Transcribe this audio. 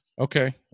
okay